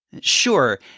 Sure